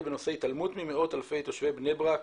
בנושא התעלמות ממאות אלפי תושבי בני ברק